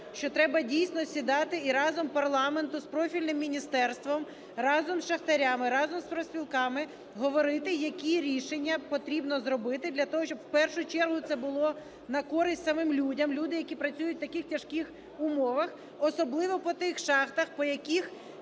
що треба, дійсно, сідати і разом парламенту з профільним міністерством, разом із шахтарями, разом з профспілками говорити, які рішення потрібно зробити для того, щоб в першу чергу це було на користь самим людям. Люди, які працюють в таких тяжких умовах, особливо по тих шахтах, по яких,